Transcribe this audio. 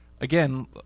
again